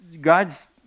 God's